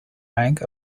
rank